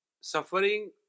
suffering